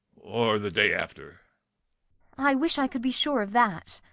or the day after i wish i could be sure of that